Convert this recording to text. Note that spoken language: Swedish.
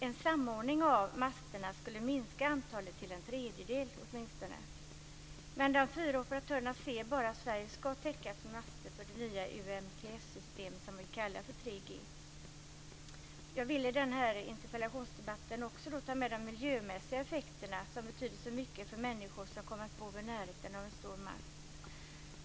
En samordning av masterna skulle minska antalet åtminstone till en tredjedel, men de fyra operatörerna ser bara att Sverige ska täckas med master för det nya Jag vill i denna interpellationsdebatt också föra in de miljömässiga effekterna, som betyder så mycket för människor som kommer att bo i närheten av en stor mast.